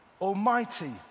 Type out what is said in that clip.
Almighty